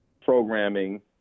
programming